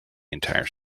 entire